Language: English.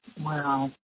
wow